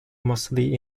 mostly